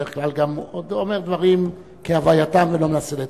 שבדרך כלל אומר דברים כהווייתם ולא מנסה לטאטא.